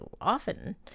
often